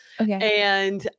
Okay